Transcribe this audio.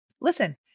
Listen